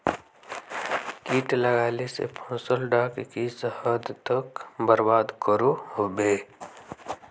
किट लगाले से फसल डाक किस हद तक बर्बाद करो होबे?